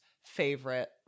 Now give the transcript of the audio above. favorite